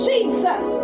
Jesus